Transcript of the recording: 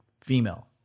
female